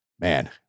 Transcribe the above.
man